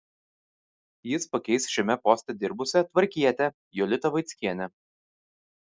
jis pakeis šiame poste dirbusią tvarkietę jolitą vaickienę